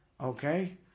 Okay